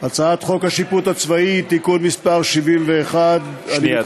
הצעת חוק השיפוט הצבאי (תיקון מס' 71). שנייה,